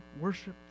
worship